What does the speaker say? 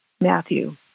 Matthew